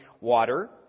water